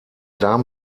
darm